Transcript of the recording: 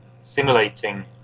simulating